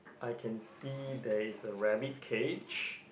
I can see there is a rabbit cage